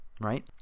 right